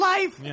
Life